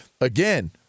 again